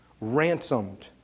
Ransomed